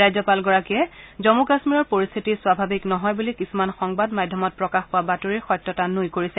ৰাজ্যপালগৰাকীয়ে জম্মু কাম্মীৰৰ পৰিস্থিতি স্বাভাৱিক নহয় বুলি কিছুমান সংবাদ মাধ্যমত প্ৰকাশ পোৱা বাতৰিৰ সত্যতা নুই কৰিছে